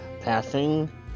Passing